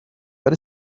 ولی